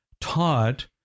taught